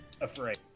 afraid